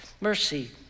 mercy